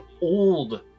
old